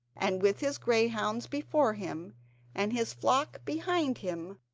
and with his greyhounds before him and his flock behind him,